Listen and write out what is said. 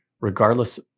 Regardless